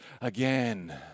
again